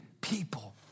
people